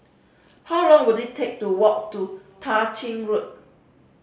how long will it take to walk to Tah Ching Road